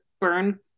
burn